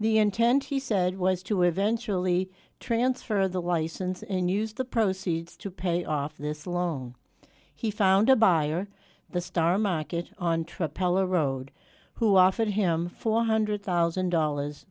the intent he said was to eventually transfer the license and use the proceeds to pay off this long he found a buyer the star market entrepreneur road who offered him four hundred thousand dollars